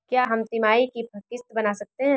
क्या हम तिमाही की किस्त बना सकते हैं?